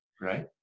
Right